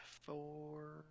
four